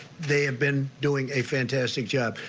they have been doing a fantastic job.